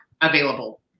available